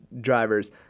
drivers